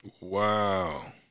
Wow